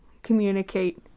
communicate